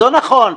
לא נכון,